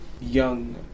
young